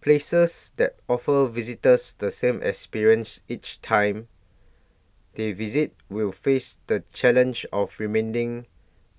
places that offer visitors the same experience each time they visit will face the challenge of remaining